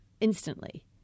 instantly